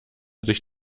sich